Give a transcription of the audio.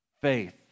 faith